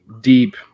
deep